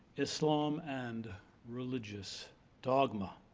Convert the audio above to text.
islam and religious dogma.